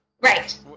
Right